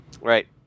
Right